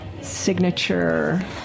signature